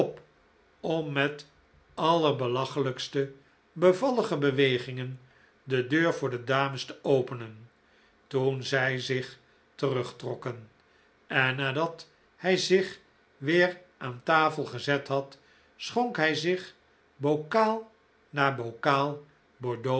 om met allerbelachelijkste bevallige bewegingen de deur voor de dames te openen toen zij zich terugtrokken en nadat hij zich weer aan tafel gezet had schonk hij zich bokaal na bokaal